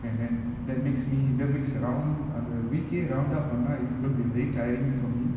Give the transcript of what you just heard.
and then that makes me don't mix around அந்த:antha week eh round up பன்னா:pannaa it's going to be really tiring for me